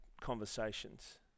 conversations